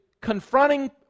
confronting